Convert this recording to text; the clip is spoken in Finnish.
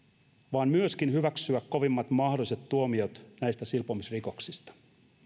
vaan myöskin hyväksyä kovimmat mahdolliset tuomiot näistä silpomisrikoksista